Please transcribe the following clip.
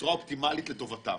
בצורה אופטימאלית לטובתם.